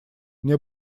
мне